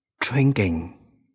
drinking